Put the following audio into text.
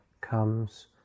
comes